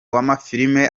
w’amafilime